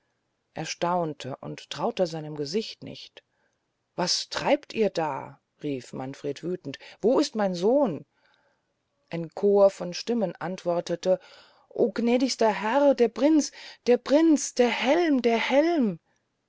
er staunte und traute seinem gesicht nicht was treibt ihr da rief manfred wütend wo ist mein sohn ein chor von stimmen antwortete o gnädigster herr der prinz der prinz der helm der helm